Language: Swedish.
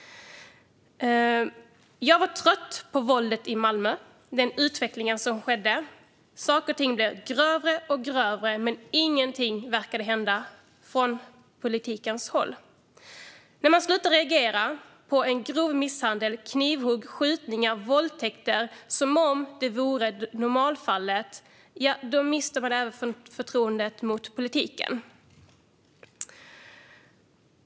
Jag var trött på våldet i Malmö och den utveckling som skedde. Saker och ting blev grövre och grövre, men ingenting verkade hända från politikens håll. När man slutar reagera på grov misshandel, knivhugg, skjutningar och våldtäkter, som om de vore normalfallet, mister man även förtroendet för politiken.